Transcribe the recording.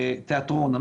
תיאטרון.